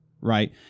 right